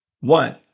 One